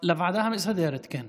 לוועדה המסדרת, כן.